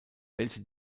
welche